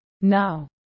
Now